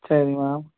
சரி மேம்